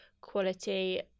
quality